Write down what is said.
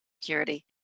Security